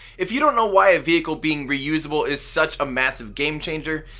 if you don't know why a vehicle being reusable is such a massive game changer,